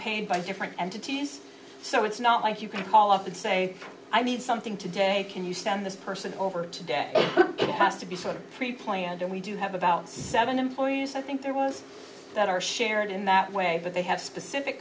paid by different entities so it's not like you can call up and say i need something today can you send this person over today it has to be sort of pre planned and we do have about seven employees i think there was that are shared in that way but they have specific